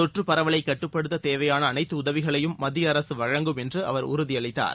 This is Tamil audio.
தொற்றுப்பரவலை கட்டுப்படுத்த தேவையான அனைத்து உதவிகளையும் மத்திய அரசு வழங்கும் என்று அவர் உறுதியளித்தார்